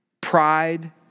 pride